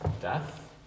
death